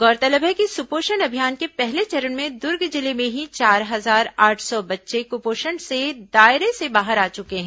गौरतलब है कि सुपोषण अभियान के पहले चरण में दुर्ग जिले में ही चार हजार आठ सौ बच्चे कुपोषण से दायरे से बाहर आ चुके हैं